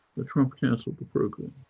ah trump cancelled the programme.